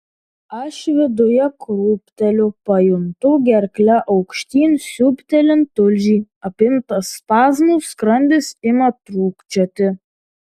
aš viduje krūpteliu pajuntu gerkle aukštyn siūbtelint tulžį apimtas spazmų skrandis ima trūkčioti